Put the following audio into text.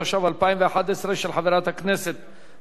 של חברת הכנסת מרינה סולודקין,